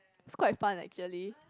is quite fun actually